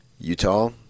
Utah